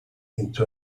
into